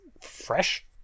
fresh